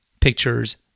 pictures